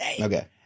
Okay